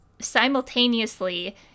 simultaneously